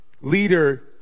leader